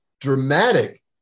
dramatic